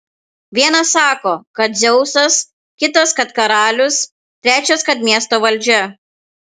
vienas sako kad dzeusas kitas kad karalius trečias kad miesto valdžia